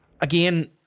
Again